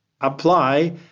apply